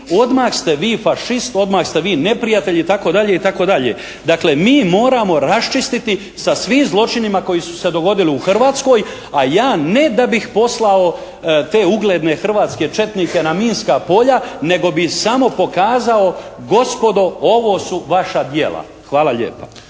odmah ste vi fašist, odmah ste vi neprijatelj itd., itd. Dakle mi moramo raščistiti sa svim zločinima koji su se dogodili u Hrvatskoj, a ja ne da bih poslao te ugledne hrvatske četnike na minska polja, nego bi im samo pokazao gospodo ovo su vaša djela. Hvala lijepa.